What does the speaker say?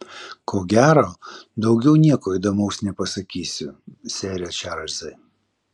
ko gero daugiau nieko įdomaus nepasakysiu sere čarlzai